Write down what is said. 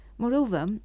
Moreover